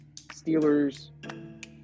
Steelers